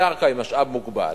הקרקע היא משאב מוגבל,